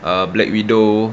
uh black widow